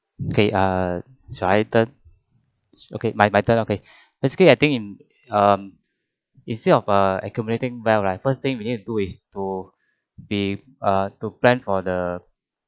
okay err shall I turn okay my my turn okay basically I think in um instead of uh accumulating wealth right first thing we need to do is to be uh to plan for the